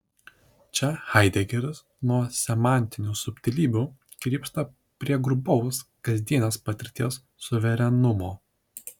čia haidegeris nuo semantinių subtilybių krypsta prie grubaus kasdienės patirties suverenumo